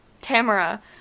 Tamara